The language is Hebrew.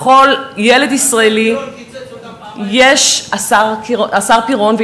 לכל ילד ישראלי יש, השר פירון קיצץ להם פעמיים.